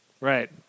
Right